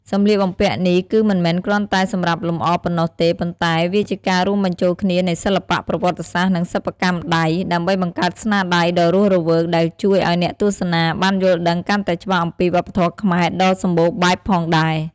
សម្លៀកបំពាក់នេះគឺមិនមែនគ្រាន់តែសម្រាប់លម្អរប៉ុណ្ណោះទេ ប៉ុន្តែវាជាការរួមបញ្ចូលគ្នានៃសិល្បៈ ប្រវត្តិសាស្ត្រ និងសិប្បកម្មដៃ ដើម្បីបង្កើតស្នាដៃដ៏រស់រវើកដែលជួយឱ្យអ្នកទស្សនាបានយល់ដឹងកាន់តែច្បាស់អំពីវប្បធម៌ខ្មែរដ៏សម្បូរបែបផងដែរ ។